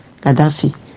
Gaddafi